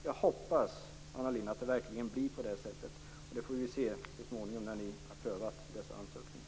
Jag hoppas, Anna Lindh, att det verkligen blir på det sättet. Det får vi väl se så småningom när ni har prövat dessa ansökningar.